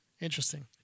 Interesting